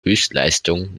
höchstleistung